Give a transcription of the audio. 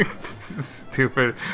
Stupid